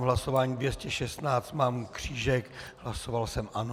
Hlasování 216 mám křížek, hlasoval jsem ano.